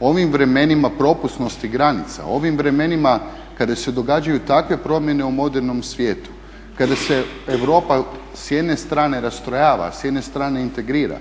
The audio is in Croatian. ovim vremenima propusnosti granica, ovim vremenima kada se događaju takve promjene u modernom svijetu, kada se Europa s jedne strane rastrojava a s jedne strane integrira